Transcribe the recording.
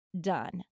done